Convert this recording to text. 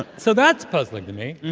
so that's puzzling to me